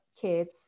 kids